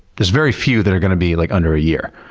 there's very few that are going to be like under a year.